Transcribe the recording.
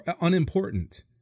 unimportant